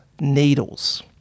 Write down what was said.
needles